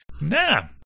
Nah